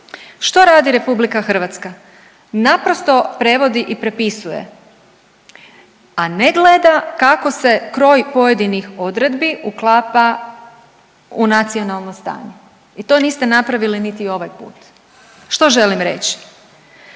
Što radi RH? Naprosto prevodi i prepisuje, a ne gleda kako se kroj pojedinih odredbi uklapa u nacionalno stanje. I to niste napravili niti ovaj put. Što želim reći?